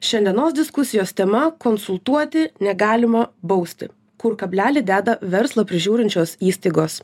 šiandienos diskusijos tema konsultuoti negalima bausti kur kablelį deda verslą prižiūrinčios įstaigos